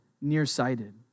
nearsighted